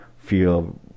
feel